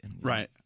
Right